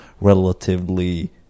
relatively